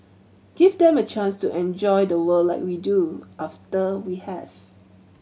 give them a chance to enjoy the world like we do after we have